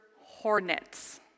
hornets